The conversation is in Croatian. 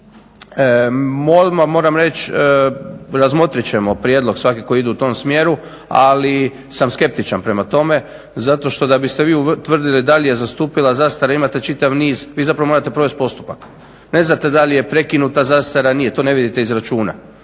odmah reći razmotrit ćemo prijedlog svaki koji ide u tom smjeru ali sam skeptičan prema tome zašto da biste vi utvrdili da li je zastupila zastara imate čitav niz, vi morate provesti postupak. Ne znate da li je prekinuta zastara ili nije, to ne vidite iz računa.